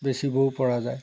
বেচিবও পৰা যায়